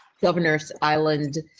governors island.